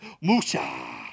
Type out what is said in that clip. musha